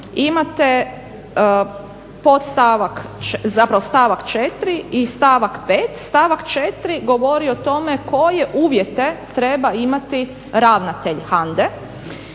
24.imate stavak 4. i stavak 5. Stavak 4.govori o tome koje uvjete treba imati ravnatelj HANDA-e